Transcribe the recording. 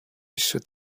should